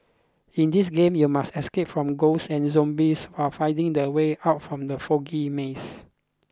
in this game you must escape from ghosts and zombies or finding the way out from the foggy maze